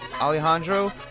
Alejandro